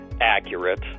accurate